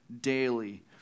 daily